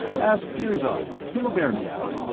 ask girzon he'll bear me out.